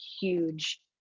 huge